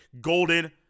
Golden